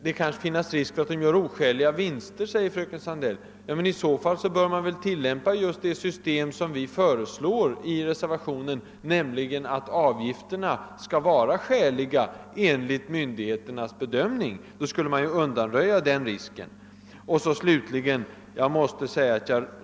Det kan finnas risk för att de ambulerande skrivbyråerna gör oskäliga vinster, säger fröken Sandel I så fall bör man väl tillämpa det system som vi föreslår i reservationen, nämligen att avgifterna skall vara skäliga enligt myndigheternas bedömning. På det sättet skulle den risken undanröjas.